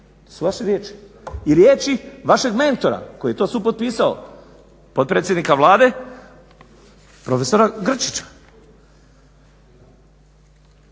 To su vaše riječi i riječi vašeg mentora koji je to supotpisao, potpredsjednika Vlade profesora Grčića.